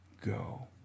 go